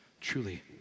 truly